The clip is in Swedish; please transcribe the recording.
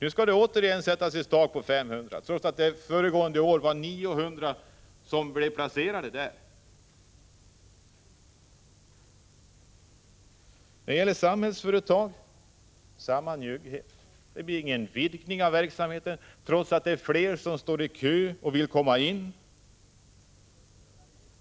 Nu skall det återigen sättas ett tak på 500, trots att det föregående år var 900 som blev placerade där. När det gäller Samhällsföretag är det samma njugghet. Det blir ingen vidgning av verksamheten, trots att det är fler som står i kö och vill komma in.